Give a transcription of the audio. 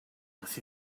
wrth